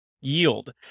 yield